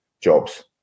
jobs